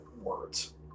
words